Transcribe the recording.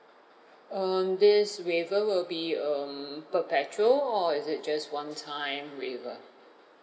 um this waiver will be um perpetual or is it just one-time waiver